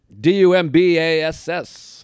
D-U-M-B-A-S-S